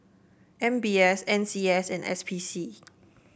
M B S N C S and S P C